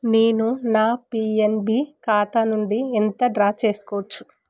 నేను నా పిఎన్బి ఖాతా నుండి ఎంత డ్రా చేసుకోవచ్చు